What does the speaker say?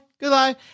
goodbye